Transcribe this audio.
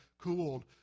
cooled